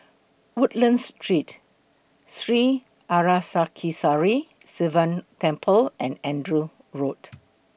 Woodlands Street Sri Arasakesari Sivan Temple and Andrew Road